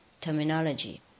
terminology